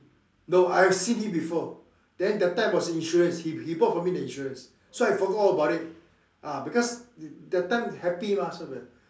no I've seen him before then that time was the insurance he he bought from me the insurance so I forgot all about it ah because that time happy mah so